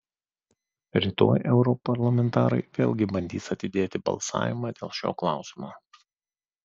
rytoj europarlamentarai vėlgi bandys atidėti balsavimą dėl šio klausimo